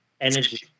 energy